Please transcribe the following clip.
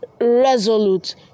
resolute